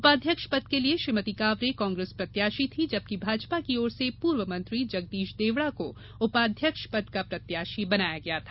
उपाध्यक्ष पद के लिए श्रीमती कांवरे कांग्रेस प्रत्याशी थीं जबकि भाजपा की ओर से पूर्व मंत्री जगदीश देवड़ा को उपाध्यक्ष पद का प्रत्याशी बनाया गया था